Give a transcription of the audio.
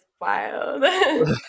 wild